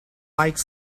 like